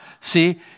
see